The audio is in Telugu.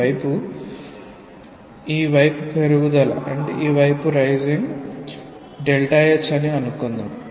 ఈ వైపు పెరుగుదల h అని అనుకుందాం